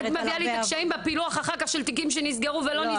את מביאה לי את הקשיים בפילוח אחר כך של תיקים שנסגרו ולא נסגרו.